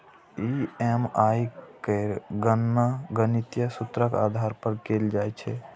EMI केर गणना गणितीय सूत्रक आधार पर कैल जाइ छै